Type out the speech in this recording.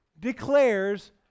declares